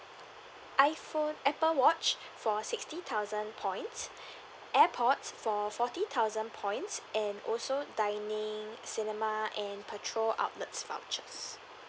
iphone apple watch for sixty thousand points air pods for forty thousand points and also dining cinema and petrol outlets vouchers